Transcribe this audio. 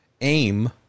Aim